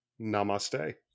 namaste